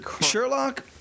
Sherlock